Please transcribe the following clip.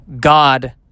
God